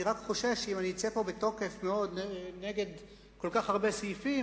אני רק חושש שאם אני אצא פה בתוקף רב נגד כל כך הרבה סעיפים,